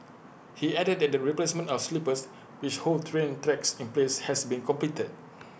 he added that the replacement of sleepers which hold train tracks in place has been completed